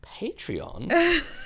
Patreon